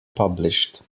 published